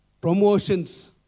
Promotions